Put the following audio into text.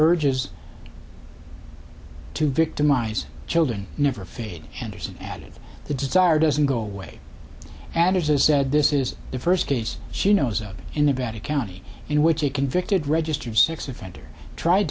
urges to victimize children never fade anderson added the desire doesn't go away and is that this is the first case she knows up in about a county in which a convicted registered sex offender tried